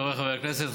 חבריי חברי הכנסת,